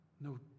no